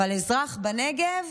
אבל אזרח בנגב,